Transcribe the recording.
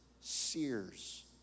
sears